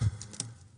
כי